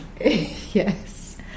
yes